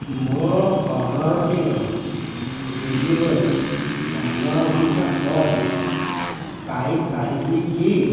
ମୋର ଅର୍ଡ଼ର୍ଟିର ଡେଲିଭରି ପନ୍ଦର ଘଣ୍ଟା ପରେ ପାଇପାରିବି କି